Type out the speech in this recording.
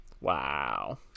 wow